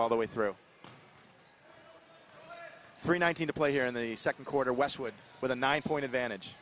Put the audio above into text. all the way through three nineteen to play here in the second quarter westwood with a nine point advantage